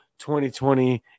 2020